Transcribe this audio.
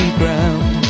ground